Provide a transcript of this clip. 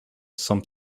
some